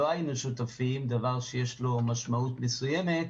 לא היינו שותפים דבר שיש לו משמעות מסוימת.